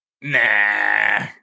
Nah